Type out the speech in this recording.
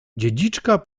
dziedziczka